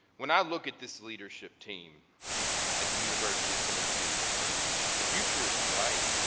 when i look at this leadership team at the university of tennessee the future is bright